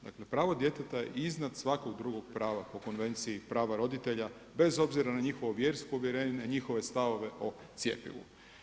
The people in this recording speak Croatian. Dakle, pravo djeteta je iznad svakog drugog prava po Konvenciji prava roditelja bez obzira na njihovo vjersko uvjerenje, na njihove stavove o cjepivu.